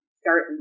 start